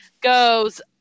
goes